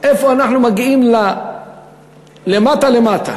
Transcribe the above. לאיפה אנחנו מגיעים, למטה למטה.